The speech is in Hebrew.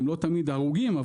הן לא תמיד הרוגים,